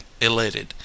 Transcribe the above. elated